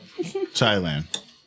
Thailand